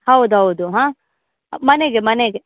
ಹೌದು ಹೌದು ಹಾಂ ಮನೆಗೆ ಮನೆಗೆ